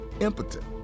impotent